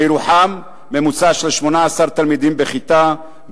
בירוחם הממוצע הוא 18 תלמידים בכיתה,